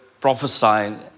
prophesying